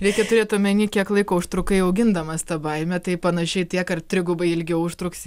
reikia turėt omeny kiek laiko užtrukai augindamas tą baimę tai panašiai tiek ar trigubai ilgiau užtruksi